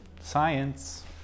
Science